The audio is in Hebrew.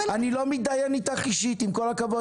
אני לא מתדיין אתך אישית, עם כל הכבוד.